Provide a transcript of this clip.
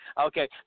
Okay